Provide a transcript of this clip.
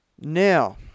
now